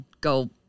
go